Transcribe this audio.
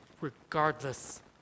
regardless